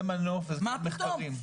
ומנוף מחקרים.